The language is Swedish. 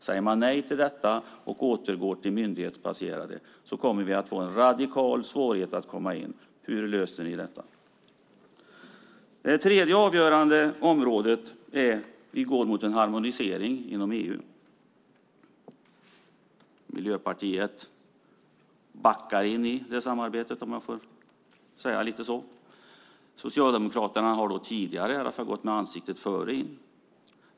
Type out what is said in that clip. Säger man nej till detta och återgår till det myndighetsbaserade kommer de att få en radikal svårighet att komma in. Hur löser ni detta? Det tredje avgörande området är att vi går mot en harmonisering inom EU. Miljöpartiet backar in i det samarbetet, om jag får säga så. Socialdemokraterna har i alla fall tidigare gått med ansiktet före in.